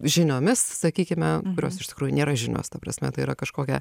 žiniomis sakykime kurios iš tikrųjų nėra žinios ta prasme tai yra kažkokia